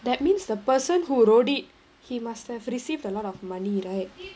that means the person who wrote it he must have received a lot of money right